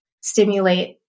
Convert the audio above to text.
stimulate